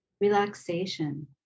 relaxation